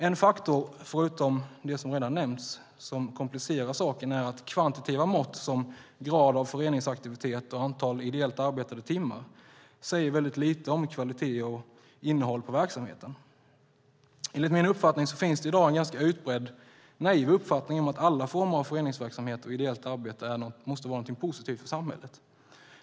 En faktor förutom det som redan nämnts och som komplicerar saken är att kvantitativa mått som grad av föreningsaktivitet och antal ideellt arbetade timmar säger väldigt lite om kvalitet och innehåll på verksamheten. Enligt min uppfattning finns det i dag en ganska utbredd, naiv uppfattning om att alla former av föreningsverksamhet och ideellt arbete måste vara någonting positivt för samhället.